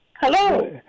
Hello